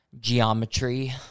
Geometry